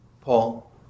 Paul